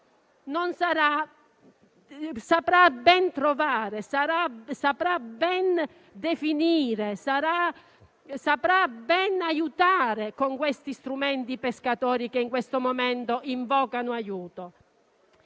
saprà ben trovare, saprà ben definire, e saprà ben aiutare, con tali strumenti, i pescatori che in questo momento invocano aiuto.